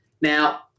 Now